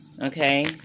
okay